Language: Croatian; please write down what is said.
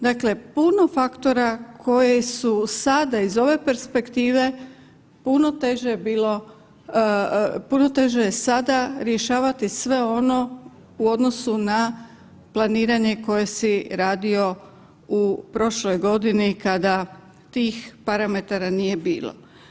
Dakle, puno faktora koji su sada iz ove perspektive puno teže bilo, puno teže je sada rješavati sve ono u odnosu na planiranje koje si radio u prošloj godini kada tih parametara nije bilo.